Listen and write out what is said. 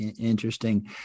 interesting